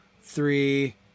three